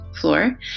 Floor